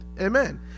Amen